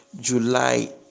July